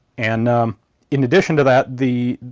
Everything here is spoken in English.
and in addition to that the.